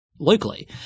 locally